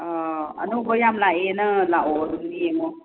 ꯑꯅꯧꯕ ꯌꯥꯝ ꯂꯥꯛꯑꯦ ꯅꯪ ꯂꯥꯛꯑꯣ ꯑꯗꯨꯝ ꯌꯦꯡꯉꯣ